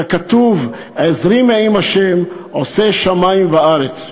ככתוב: "עזרי מעם ה' עושה שמים וארץ".